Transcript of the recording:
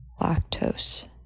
lactose